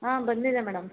ಹಾಂ ಬಂದಿದೆ ಮೇಡಮ್